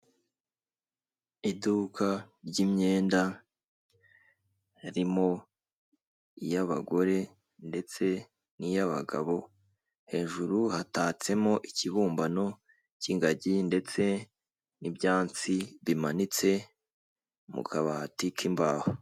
Iduka ry'imyenda ririmo iy'abagore ndetse n'iy'abagabo, hejuru hatatsemo ikibumbano cy'ingagi ndetse n'ibyansi bimanitse mu kabati k'imbaho.